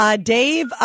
Dave